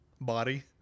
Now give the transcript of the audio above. body